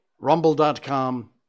rumble.com